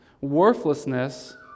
Worthlessness